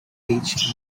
each